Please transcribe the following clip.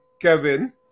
Kevin